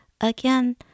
again